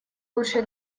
лучше